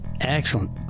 Excellent